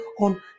on